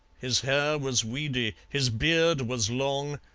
his hair was weedy, his beard was long,